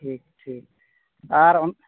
ᱴᱷᱤᱠ ᱴᱷᱤᱠ ᱟᱨ